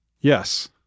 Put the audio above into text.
Yes